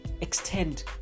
extend